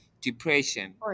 depression